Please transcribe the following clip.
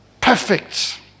perfect